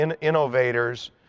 innovators